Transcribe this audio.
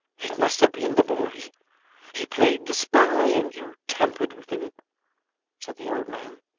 it must have been the boy he played the spy, and you tampered with him said the old man.